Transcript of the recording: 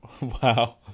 Wow